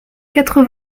quatre